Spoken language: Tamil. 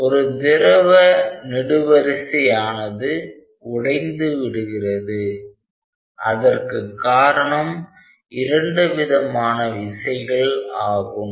ஒரு திரவ நெடுவரிசை ஆனது உடைந்து விடுகிறது அதற்கு காரணம் இரண்டு விதமான விசைகள் ஆகும்